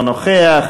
אינו נוכח,